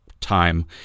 time